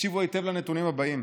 תקשיבו היטב לנתונים האלה: